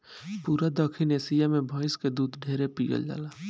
पूरा दखिन एशिया मे भइस के दूध ढेरे पियल जाला